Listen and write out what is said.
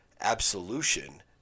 absolution